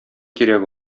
кирәк